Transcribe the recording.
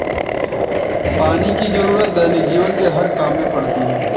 पानी की जरुरत दैनिक जीवन के हर काम में पड़ती है